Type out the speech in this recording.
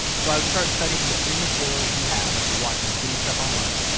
so i would start studying the free materials you have. i'd be watching free stuff online.